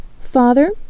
Father